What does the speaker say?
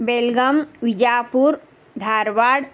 बेल्गाम् विजापुरं धार्वाड्